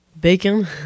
bacon